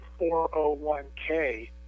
401k